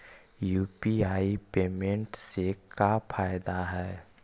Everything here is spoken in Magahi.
यु.पी.आई पेमेंट से का फायदा है?